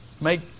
make